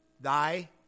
thy